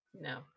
No